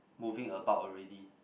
moving about already